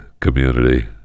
community